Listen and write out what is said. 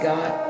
God